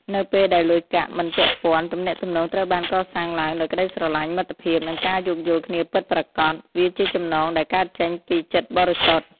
នៅពេលដែលលុយកាក់មិនពាក់ព័ន្ធ ទំនាក់ទំនងត្រូវបានកសាងឡើងដោយក្ដីស្រឡាញ់ មិត្តភាព និងការយោគយល់គ្នាពិតប្រាកដ វាជាចំណងដែលកើតចេញពីចិត្តបរិសុទ្ធ។